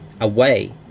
away